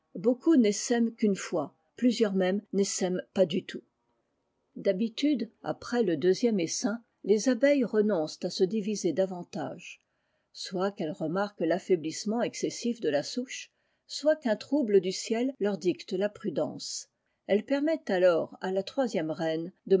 beaucoup n'essaiment qu'une fois plusieurs même n'essaiment pas du tout d'habitude après le deuxième essaim les abeilles renoncent à se diviser davantage soit qu'elles remarquent l'affaiblissement excessif de la souche soit qu'un trouble du ciel leur dicte la prudence elles permettent alors à la troisième reir